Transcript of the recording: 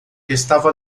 estava